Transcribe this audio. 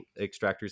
extractors